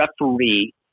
referee